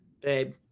babe